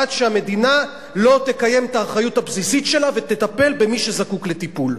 עד שהמדינה לא תקיים את האחריות הבסיסית שלה ותטפל במי שזקוק לטיפול.